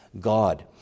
God